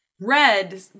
red